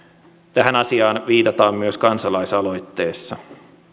tähän asiaan viitataan myös kansalaisaloitteessa